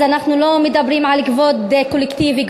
אנחנו לא מדברים על כבוד קולקטיבי,